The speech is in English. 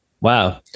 wow